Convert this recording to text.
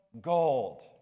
gold